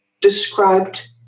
described